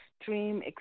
extreme